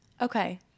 okay